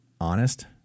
honest